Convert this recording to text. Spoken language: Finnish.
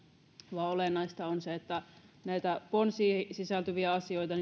vaan olennaista on se että näihin ponsiin sisältyviä asioita